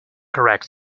correct